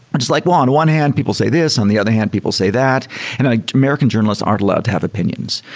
just like, well, on one hand people say this. on the other hand people say that. then and ah american journalists aren't allowed to have opinions.